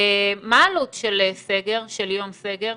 מה העלות של יום סגר?